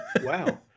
Wow